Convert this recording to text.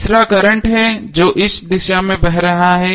तीसरा करंट है जो इस दिशा में बह रहा है